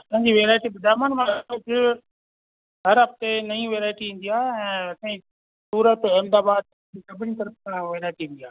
असांजी वैराएटी त जाम माण्हू कुझु हर हफ़्ते नई वैराएटी ईंदी आहे ऐं असांजी सूरत अहमदाबाद सभिनी तरफ़ सां वैराइटी ईंदी आहे